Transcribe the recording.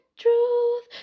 truth